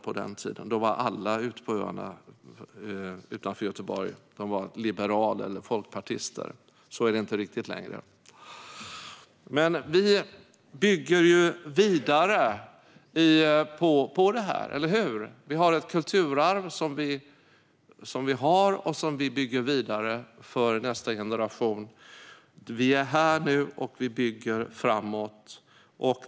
På den tiden var alla på öarna utanför Göteborg liberaler eller folkpartister. Så är det inte riktigt längre. Vi bygger vidare på detta. Vi har ett kulturarv som vi bygger vidare för nästa generation. Vi är här nu, och vi bygger framåt.